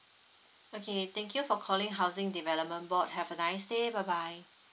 okay thank you for calling housing development board have a nice day bye bye